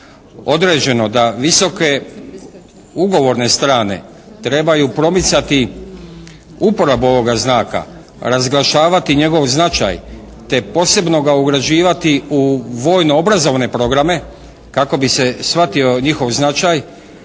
određeno da visoke ugovorne strane trebaju promicati uporabu ovoga znaka, razglašavati njegov značaj te posebno ga ugrađivati u vojno obrazovne programe kako bi se shvatio njihov značaj